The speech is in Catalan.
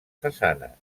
façanes